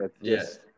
Yes